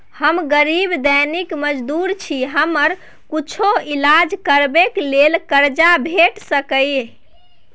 हम गरीब दैनिक मजदूर छी, हमरा कुछो ईलाज करबै के लेल कर्जा भेट सकै इ?